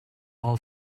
all